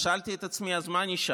אז שאלתי את עצמי: אז מה נשאר?